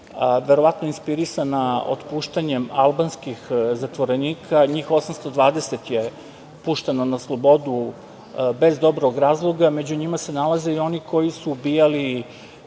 verovatno inspirisana otpuštanjem albanskih zatvorenika, njih 820 je pušteno na slobodu bez dobrog razloga, među njima se nalaze i oni koji su ubijali,